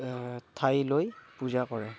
ঠাই লৈ পূজা কৰে